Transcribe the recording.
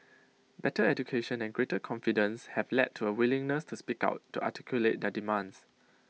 better education and greater confidence have led to A willingness to speak out to articulate their demands